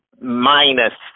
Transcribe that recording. minus